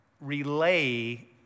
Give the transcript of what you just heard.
relay